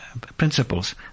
principles